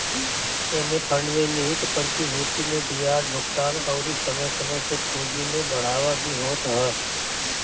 एमे फंड में निहित प्रतिभूति पे बियाज भुगतान अउरी समय समय से पूंजी में बढ़ावा भी होत ह